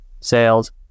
sales